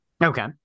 Okay